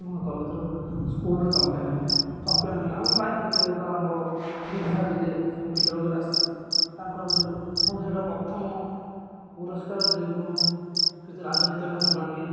ମୁଁ କଲେଜର ସ୍କୁଲର ଚମ୍ପିଆନ ହେଲି ଚମ୍ପିଆନ ହେଲି ଆମ ପ୍ରାୟ ପ୍ରତିଯୋଗିତାରେ ଆମର ବିଧାୟକ ଯିଏ ସମ୍ବିତ ରାଉତରାୟ ଆସିଥିଲେ ତାଙ୍କ ହାତରୁ ମୁଁ ସେଟା ପ୍ରଥମ ପୁରସ୍କାର ଯେଉଁଟାକି ମୁଁ କିଛି ରାଜନୈତିଙ୍କ ହାତରୁ ଆଣିଲି